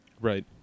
right